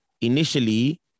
initially